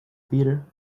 theater